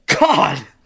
God